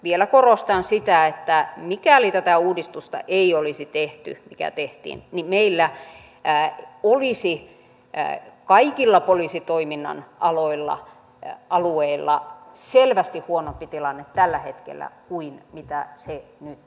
vielä korostan sitä että mikäli tätä uudistusta mikä tehtiin ei olisi tehty meillä olisi kaikilla poliisitoiminnan alueilla selvästi huonompi tilanne tällä hetkellä kuin mitä se nyt on